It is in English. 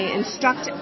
instruct